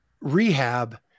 rehab